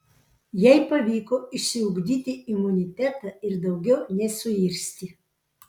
jai pavyko išsiugdyti imunitetą ir daugiau nesuirzti